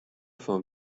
fan